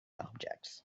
objects